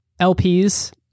LPs